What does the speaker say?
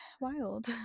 wild